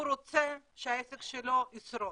הוא רוצה שהעסק שלו ישרוד,